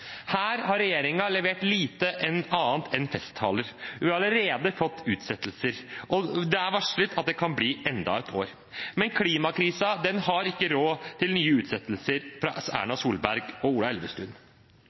Her har regjeringen levert lite annet enn festtaler. Vi har allerede fått utsettelser, og det er varslet at det kan bli enda et år. Men klimakrisen har ikke råd til nye utsettelser fra